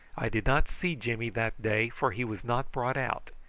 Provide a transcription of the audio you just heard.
i did not see jimmy that day, for he was not brought out,